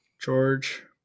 George